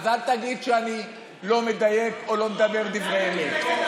אז אל תגיד שאני לא מדייק או לא מדבר דברי אמת.